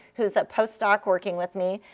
who's a postdoc working with me,